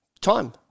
time